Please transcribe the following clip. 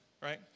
Right